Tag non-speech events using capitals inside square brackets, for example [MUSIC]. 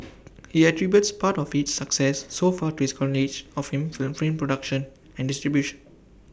[NOISE] he attributes part of its success so far to his knowledge of him of film production and distribution